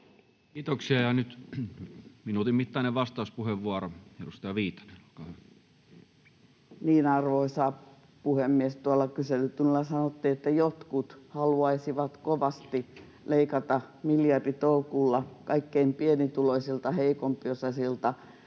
Kiitoksia. — Ja nyt minuutin mittainen vastauspuheenvuoro, edustaja Viitanen, olkaa hyvä. Arvoisa puhemies! Tuolla kyselytunnilla sanottiin, että jotkut haluaisivat kovasti leikata miljarditolkulla kaikkein pienituloisimmilta, heikompiosaisilta,